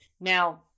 Now